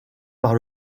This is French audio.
par